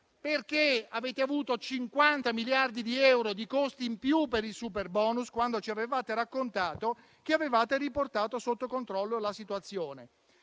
Perché avete avuto 50 miliardi di euro di costi in più per il superbonus, quando ci avevate raccontato che avevate riportato sotto controllo la situazione?